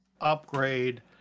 upgrade